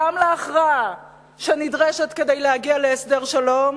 גם להכרעה שנדרשת כדי להגיע להסדר שלום,